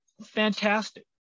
fantastic